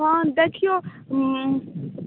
हँ देखियो